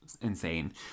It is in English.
insane